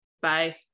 bye